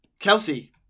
Kelsey